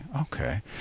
Okay